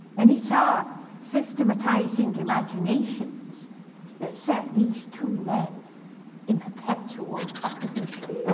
and it's our systematizing imaginations that set these two men in perpetual opposition.